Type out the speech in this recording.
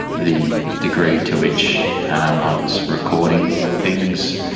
the degree to which um i was recording things.